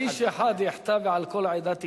או "האיש אחד יחטא ועל כל העדה תקצֹף?"